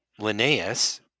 Linnaeus